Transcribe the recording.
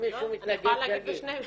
אם מישהו שמתנגד, שיגיד.